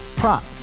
prop